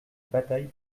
bataille